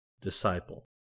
Disciple